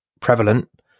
prevalent